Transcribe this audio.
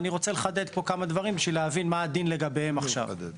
אבל אני רוצה לחדד כמה דברים בשביל להבין מה הדין לגביהם כעת.